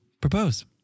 propose